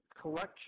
collection